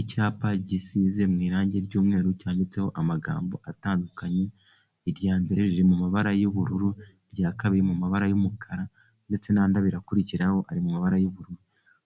Icyapa gisize mu irangi ry'umweru cyanditseho amagambo atandukanye, irya mbere riri mu mabara y'ubururu, irya kabiri mu mabara y'umukara, ndetse n'andi abiri akurikiraho ari mu mabara y'ubururu.